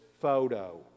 photo